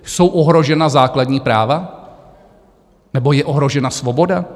Jsou ohrožena základní práva nebo je ohrožena svoboda?